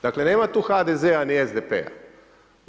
Dakle, nema tu HDZ-a, ni SDP-a.